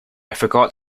forgot